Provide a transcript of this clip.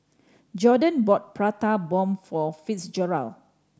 Jordon bought Prata Bomb for Fitzgerald